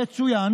יצוין